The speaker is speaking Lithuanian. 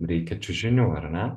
reikia čiužinių ar ne